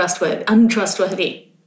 untrustworthy